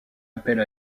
appel